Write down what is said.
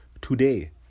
today